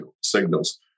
signals